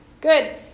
Good